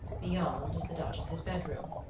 beyond is the duchess's bedroom,